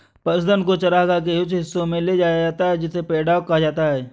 पशुधन को चरागाह के कुछ हिस्सों में ले जाया जाता है जिसे पैडॉक कहा जाता है